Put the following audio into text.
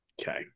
Okay